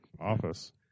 office